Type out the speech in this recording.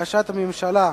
בקשת הממשלה,